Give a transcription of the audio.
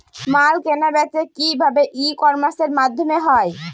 মাল কেনাবেচা কি ভাবে ই কমার্সের মাধ্যমে হয়?